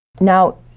Now